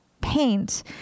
paint